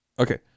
Okay